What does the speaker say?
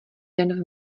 den